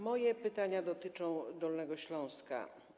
Moje pytania dotyczą Dolnego Śląska.